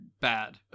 bad